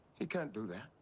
he can't do that.